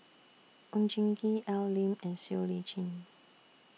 Oon Jin Gee Al Lim and Siow Lee Chin